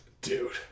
Dude